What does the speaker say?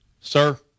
Sir